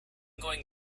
going